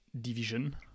division